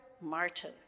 Martin